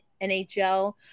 NHL